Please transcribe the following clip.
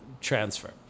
transfer